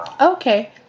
Okay